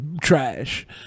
trash